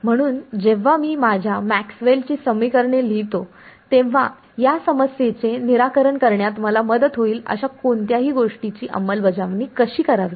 म्हणून जेव्हा मी माझ्या मॅक्सवेलची समीकरणेMaxwell's equations लिहितो तेव्हा या समस्येचे निराकरण करण्यात मला मदत होईल अशा कोणत्याही गोष्टीची अंमलबजावणी कशी करावी